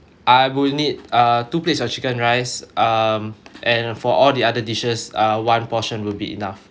I would need uh two plates of chicken rice um and for all the other dishes uh one portion will be enough